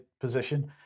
position